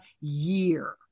year